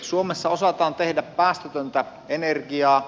suomessa osataan tehdä päästötöntä energiaa